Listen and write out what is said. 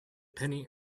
penny